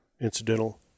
incidental